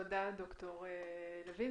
תודה, ד"ר לוין.